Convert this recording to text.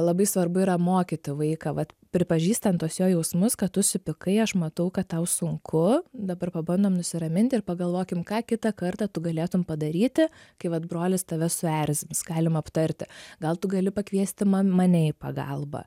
labai svarbu yra mokyti vaiką vat pripažįstant tuos jo jausmus kad tu supykai aš matau kad tau sunku dabar pabandom nusiraminti ir pagalvokim ką kitą kartą tu galėtum padaryti kai vat brolis tave suerzins galim aptarti gal tu gali pakviesti ma mane į pagalbą